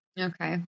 okay